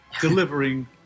delivering